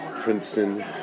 Princeton